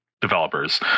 Developers